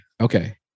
Okay